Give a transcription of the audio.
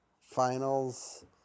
finals